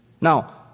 Now